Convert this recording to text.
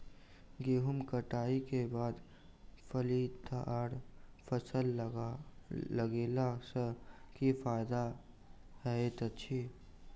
गेंहूँ कटाई केँ बाद फलीदार फसल लगेला सँ की फायदा हएत अछि?